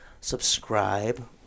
subscribe